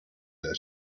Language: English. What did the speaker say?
her